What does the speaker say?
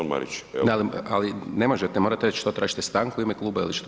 Ne, ali, ne možete, morate reći što tražite, stanku u ime kluba ili što?